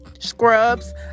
scrubs